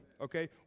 Okay